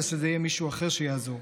אלא יהיה מישהו אחר שיעזור.